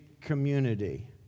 Community